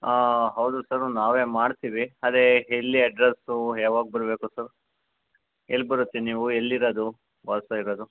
ಹಾಂ ಹೌದು ಸರ್ ನಾವೇ ಮಾಡ್ತೀವಿ ಅದೇ ಎಲ್ಲೀ ಅಡ್ರೆಸ್ಸು ಯಾವಾಗ ಬರಬೇಕು ಸರ್ ಎಲ್ಲಿ ಬರುತ್ತೆ ನೀವು ಎಲ್ಲಿರೋದು ವಾಸ ಇರೋದು